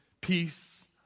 peace